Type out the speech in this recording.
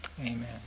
Amen